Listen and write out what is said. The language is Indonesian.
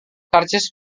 karcis